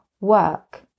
work